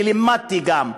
ולימדתי גם,